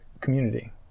community